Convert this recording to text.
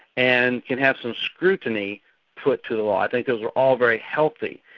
and it has some scrutiny put to the law. i think these were all very healthy.